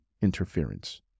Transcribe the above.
interference